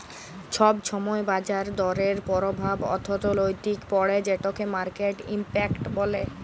ছব ছময় বাজার দরের পরভাব অথ্থলিতিতে পড়ে যেটকে মার্কেট ইম্প্যাক্ট ব্যলে